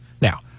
Now